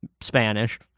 Spanish